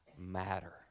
matter